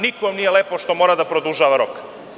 Nikom nije lepo što mora da produžava rok.